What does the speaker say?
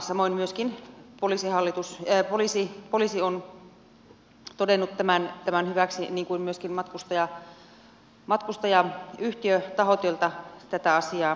samoin myöskin poliisi on todennut tämän hyväksi niin kuin myöskin matkustajayhtiötahot jotka ovat olleet asiantuntijoina kuultavina